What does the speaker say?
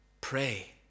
pray